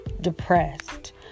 depressed